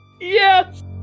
Yes